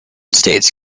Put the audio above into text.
states